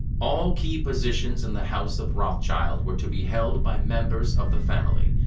all key positions in the house of rothschild were to be held by members of the family.